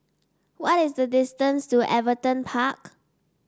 what is the distance to Everton Park